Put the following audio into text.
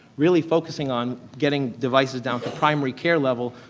really focusing on getting devices down to primary care level,